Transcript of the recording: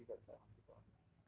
just live right beside the hospital